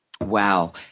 wow